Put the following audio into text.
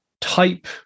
type